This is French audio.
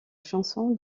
chanson